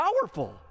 powerful